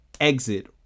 exit